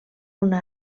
una